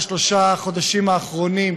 התשע"ז 2017,